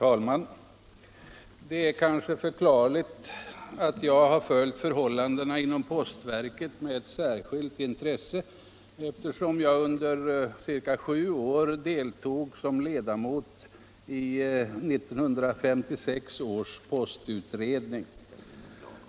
Herr talman! Det kanske är förklarligt att jag har följt förhållandena inom postverket med särskilt intresse eftersom jag under ca sju år deltog som ledamot i 1956 års postutredning.